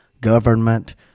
government